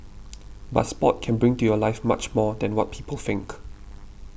but sport can bring to your life much more than what people think